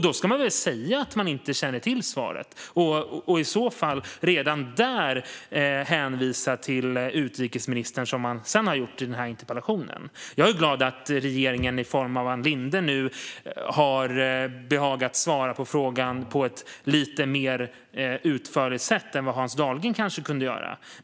Då ska man väl säga att man inte känner till svaret och i så fall redan där hänvisa till utrikesministern, som man sedan har gjort i den här interpellationen. Jag är glad att regeringen i form av Ann Linde nu har behagat svara på frågan på ett lite mer utförligt sätt än vad Hans Dahlgren kanske kunde göra.